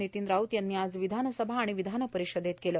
नितीन राऊत यांनी आज विधानसभा आणि विधानपरिषदेत केले